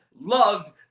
loved